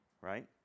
right